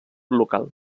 local